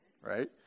right